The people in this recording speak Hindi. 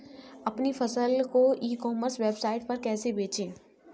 अपनी फसल को ई कॉमर्स वेबसाइट पर कैसे बेचें?